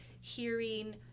hearing